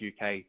UK